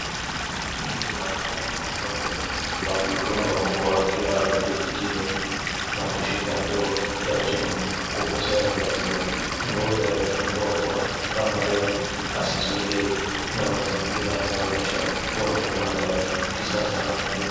Mtu anakamua ng'ombe kwa mikono huku akiwa ameketi chini na kushika ndoo ya chuma kukusanya maziwa.Ng'ombe amefungwa kwa kamba hili hasisogee na mazingira yanaonyesha kuwa ni banda la kisasa...